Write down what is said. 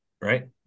right